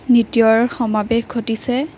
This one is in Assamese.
নৃত্যৰ সমাৱেশ ঘটিছে